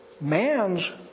Man's